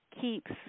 keeps